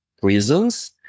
prisons